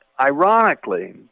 ironically